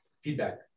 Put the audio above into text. feedback